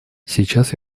сейчас